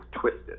twisted